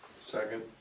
Second